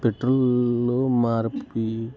పెట్రోల్లో మార్పుకి